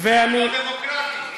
כי את לא דמוקרטית.